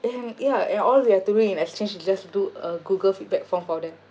and ya and all you have to do in exchange is just do a Google feedback form for them